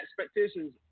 Expectations